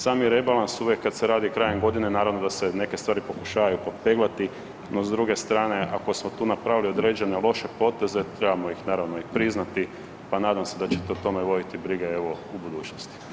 Sami rebalans uvijek kad se radi krajem godine, naravno da se neke stvari pokušavaju popeglati no s druge strane ako smo tu napravili određene loše poteze trebamo ih naravno i priznati, pa nadam se da ćete o tome voditi brige evo u budućnosti.